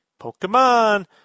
Pokemon